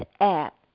App